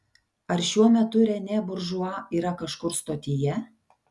ar šiuo metu renė buržua yra kažkur stotyje